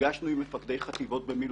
נפגשנו עם מפקדי חטיבות מילואים,